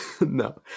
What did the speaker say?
no